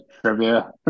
trivia